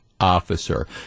Officer